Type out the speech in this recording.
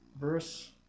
verse